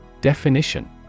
Definition